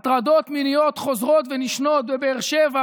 הטרדות מיניות חוזרות ונשנות בבאר שבע,